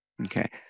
Okay